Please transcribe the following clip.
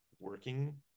working